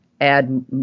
add